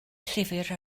llyfr